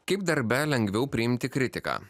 kaip darbe lengviau priimti kritiką